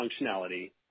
functionality